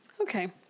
okay